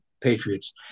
Patriots